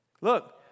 Look